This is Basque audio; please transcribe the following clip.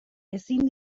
ezin